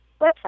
website